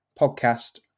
podcast